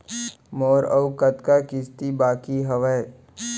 मोर अऊ कतका किसती बाकी हवय?